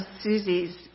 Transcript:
Susie's